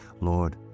Lord